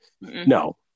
No